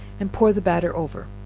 and pour the batter over,